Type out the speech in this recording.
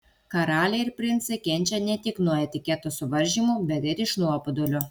karaliai ir princai kenčia ne tik nuo etiketo suvaržymų bet ir iš nuobodulio